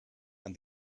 and